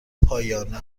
پایانه